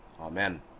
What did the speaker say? Amen